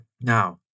Now